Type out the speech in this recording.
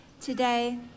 today